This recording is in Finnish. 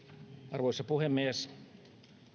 arvoisa puhemies